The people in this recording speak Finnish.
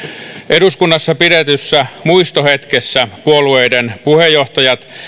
eduskunnassa pidetyssä muistohetkessä puolueiden puheenjohtajat